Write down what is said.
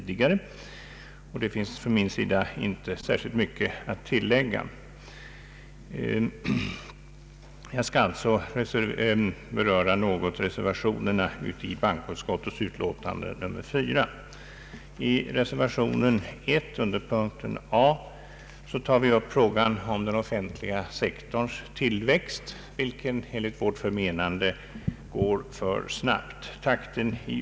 Det finns för mig inte särskilt mycket att tillägga, men jag skall något beröra reservationerna i bankoutskottets utlåtande nr 54. I reservation I under punkten A tar vi upp frågan om den offentliga sektorns tillväxt, som enligt vårt förmenande går för snabbt.